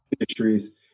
industries